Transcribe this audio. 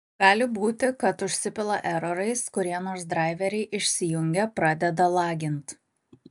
gali būti kad užsipila erorais kurie nors draiveriai išsijungia pradeda lagint